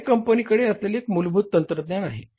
हे कंपनीकडे असलेले एक मूलभूत तंत्रज्ञान आहे